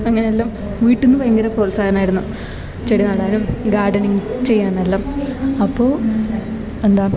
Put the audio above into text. അങ്ങനെയെല്ലാം വീട്ടിന്ന് ഭയങ്കര പ്രോത്സാഹനം ആയിരുന്നു ചെടി നടാനും ഗാർഡനിങ്ങ് ചെയ്യാനെല്ലാം അപ്പോൾ എന്താ